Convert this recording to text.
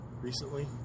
recently